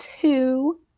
two